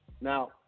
now